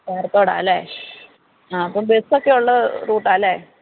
പാറത്തോടാണ് അല്ലേ ആ അപ്പം ബസെക്കെ ഉള്ള റൂട്ടാ അല്ലേ